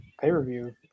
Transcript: pay-per-view